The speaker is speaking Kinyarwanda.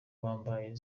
bambaye